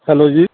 hello ਜੀ